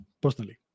personally